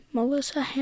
Melissa